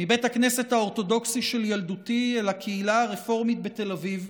מבית הכנסת האורתודוקסי של ילדותי אל הקהילה הרפורמית בתל אביב,